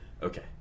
Okay